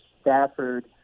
Stafford